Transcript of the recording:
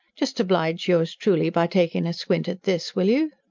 just oblige yours truly by takin' a squint at this, will you?